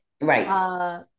Right